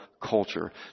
culture